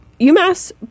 UMass